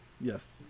Yes